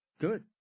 Good